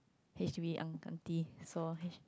h_d_b uncle aunty so H